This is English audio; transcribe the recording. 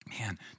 Man